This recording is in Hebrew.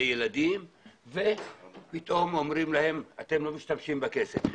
ילדים ופתאום אומרים להם אתם לא משתמשים בכסף.